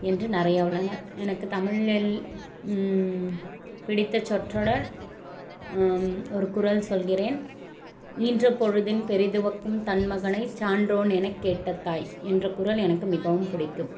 என்று நிறையா உள்ளன எனக்குத் தமிழில் பிடித்த சொற்றொடர் ஒரு குறள் சொல்கிறேன் ஈன்ற பொழுதின் பெரிதுவக்கும் தன் மகனை சான்றோன் எனக்கேட்ட தாய் என்ற குரள் எனக்கு மிகவும் பிடிக்கும்